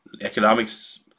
economics